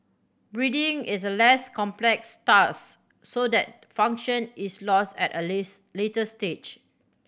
breathing is a less complex task so that function is lost at a less later stage